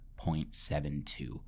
0.72